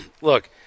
Look